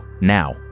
now